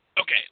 okay